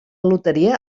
loteria